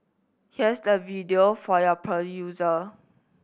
here's the video for your perusal